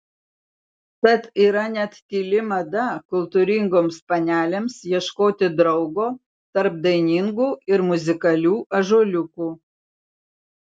tad yra net tyli mada kultūringoms panelėms ieškoti draugo tarp dainingų ir muzikalių ąžuoliukų